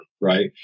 right